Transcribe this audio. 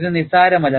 ഇത് നിസ്സാരമല്ല